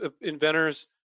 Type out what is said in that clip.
inventors